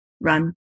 run